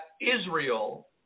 Israel